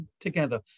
together